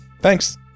Thanks